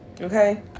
okay